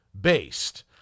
based